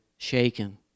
shaken